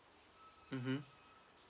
mmhmm